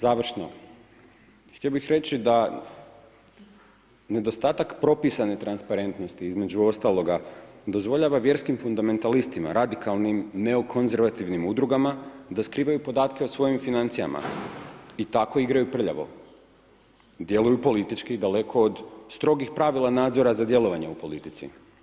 Završno, htio bih reći da nedostatak propisane transparentnosti između ostaloga dozvoljava vjerskim fundamentalistima, radikalnim neokonzervativnim udrugama da skrivaju podatke o svojim financijama i tako igraju prljavo, djeluju politički daleko od strogih pravila nadzora za djelovanje u politici.